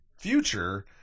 future